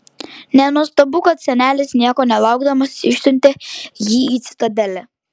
nenuostabu kad senelis nieko nelaukdamas išsiuntė jį į citadelę